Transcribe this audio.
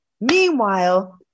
Meanwhile